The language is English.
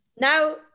now